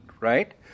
right